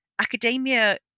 Academia